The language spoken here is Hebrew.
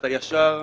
שאתה ישר,